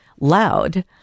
loud